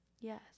Yes